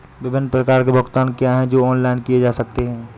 विभिन्न प्रकार के भुगतान क्या हैं जो ऑनलाइन किए जा सकते हैं?